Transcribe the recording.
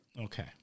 Okay